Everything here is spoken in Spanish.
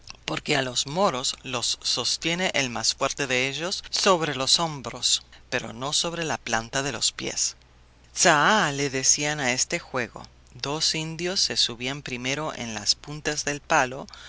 porque a los moros los sostiene el más fuerte de ellos sobre los hombros pero no sobre la planta de los pies tzaá le decían a este juego dos indios se subían primero en las puntas del palo